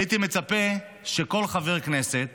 הייתי מצפה שכל חבר כנסת